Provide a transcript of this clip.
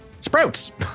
Sprouts